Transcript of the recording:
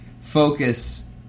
focus